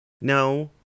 No